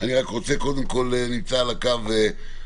אבל בסוף אנחנו קובעים את המדיניות לפי עקרונות --- טוב.